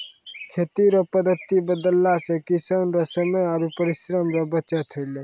खेती रो पद्धति बदलला से किसान रो समय आरु परिश्रम रो बचत होलै